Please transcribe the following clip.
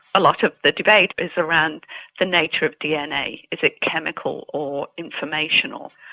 a lot of the debate is around the nature of dna is it chemical or informational?